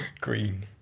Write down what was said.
Green